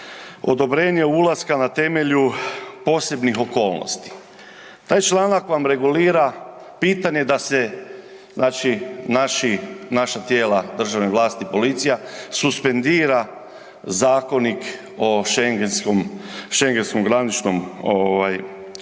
odobrenje ulaska na temelju posebnih okolnosti. Taj članak vam regulira pitanje da se znači naši, naša tijela državne vlasti i policija suspendira zakonik o Schengenskom graničnom ovaj